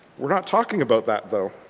we're not talking about that though.